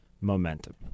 momentum